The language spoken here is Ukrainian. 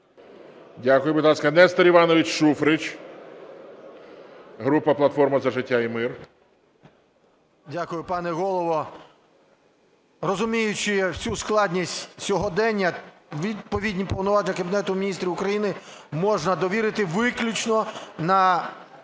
Дякую. Будь ласка, Нестор Іванович Шуфрич, група "Платформа за життя і мир". 11:17:24 ШУФРИЧ Н.І. Дякую, пане Голово. Розуміючи всю складність сьогодення, відповідні повноваження Кабінету Міністрів України можна довірити виключно на